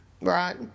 Right